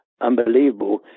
unbelievable